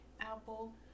apple